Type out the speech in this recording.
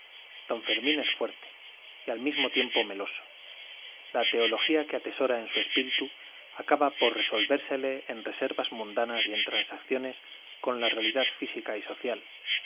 d fermín es fuerte y al mismo tiempo meloso la teología que atesora en su espíritu acaba por resolvérsele en reservas mundanas y en transacciones con la realidad física y social